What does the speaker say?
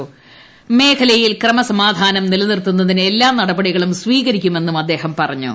മ്മേഖലയിൽ ക്രമസമാധാനം നില നിർത്തുന്നതിന് എല്ലാ നടപ്പടികളും സ്വീകരിക്കുമെന്നും അദ്ദേഹം പറ ഞ്ഞു